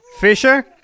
Fisher